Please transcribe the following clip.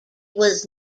was